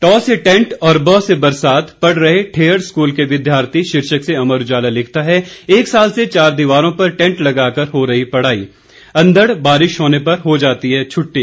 ट से टेंट और ब से बरसात पढ़ रहे ठेहड़ स्कूल के विद्यार्थी शीर्षक से अमर उजाला लिखता है एक साल से चार दीवारों पर टेंट लगाकर हो रही पढ़ाई अंधड़ बारिश होने पर हो जाती है छुट्टी